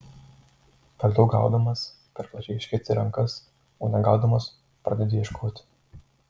per daug gaudamas per plačiai išsketi rankas o negaudamas pradedi ieškoti